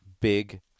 big